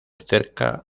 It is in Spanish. cerca